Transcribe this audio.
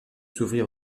s’ouvrir